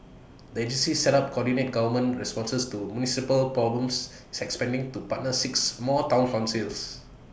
the agency set up coordinate government responses to municipal problems is expanding to partner six more Town councils